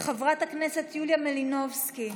חברת הכנסת יוליה מלינובסקי,